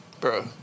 Bro